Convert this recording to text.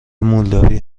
مولداوی